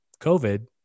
COVID